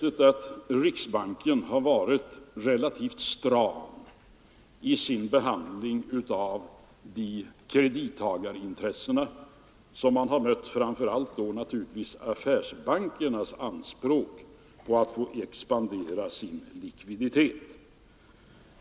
Riksbanken har varit relativt stram i sin behandling av de kredittagarintressen som man mött. Framför allt gäller detta affärsbankernas anspråk på att få expandera sin likviditet.